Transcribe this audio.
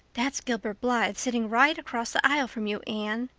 that's gilbert blythe sitting right across the aisle from you, anne.